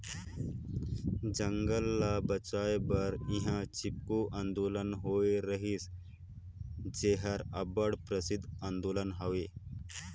जंगल ल बंचाए बर इहां चिपको आंदोलन होए रहिस जेहर अब्बड़ परसिद्ध आंदोलन हवे